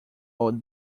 old